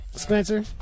Spencer